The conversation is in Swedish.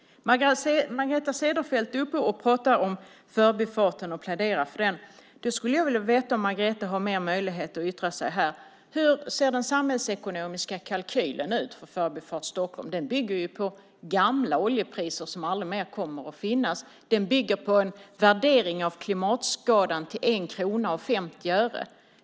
Margareta Cederfelt är uppe i debatten och talar om förbifarten och pläderar för den. Jag skulle vilja veta om Margareta har någon mer möjlighet att yttra sig här: Hur ser den samhällsekonomiska kalkylen ut för Förbifart Stockholm? Den bygger på gamla oljepriser som aldrig mer kommer att finnas. Den bygger på en värdering av klimatskadan till 1 krona och 50 öre.